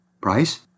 Price